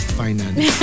finance